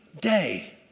day